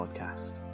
Podcast